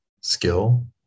skill